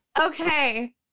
Okay